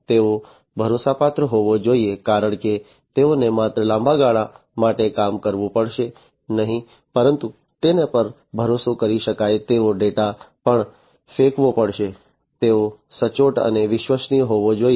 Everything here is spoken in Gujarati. અને તેઓ ભરોસાપાત્ર હોવા જોઈએ કારણ કે તેઓને માત્ર લાંબા ગાળા માટે કામ કરવું પડશે નહીં પરંતુ તેના પર ભરોસો કરી શકાય તેવો ડેટા પણ ફેંકવો પડશે તેઓ સચોટ અને વિશ્વસનીય હોવા જોઈએ